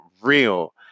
real